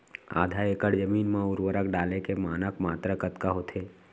आधा एकड़ जमीन मा उर्वरक डाले के मानक मात्रा कतका होथे?